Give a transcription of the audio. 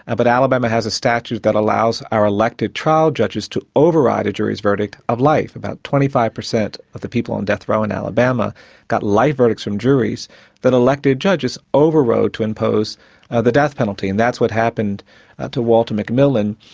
ah but alabama has a statute that allows our elected trial judges to override a jury's verdict of life. about twenty five per cent of the people on death row in alabama got life verdicts from juries that elected judges overrode to impose the death penalty and that's what happened to walter mcmillian,